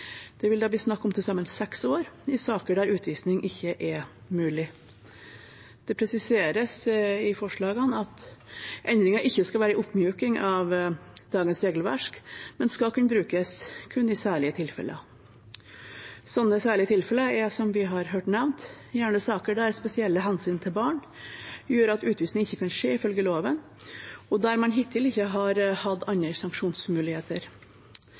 Det vil da bli snakk om til sammen seks år i saker der utvisning ikke er mulig. Det presiseres i forslagene at endringen ikke skal være en oppmykning av dagens regelverk, men skal kunne brukes kun i særlige tilfeller. Sånne særlige tilfeller er, som vi har hørt nevnt, gjerne saker der spesielle hensyn til barn gjør at utvisning ikke kan skje ifølge loven, og der man hittil ikke har hatt andre sanksjonsmuligheter.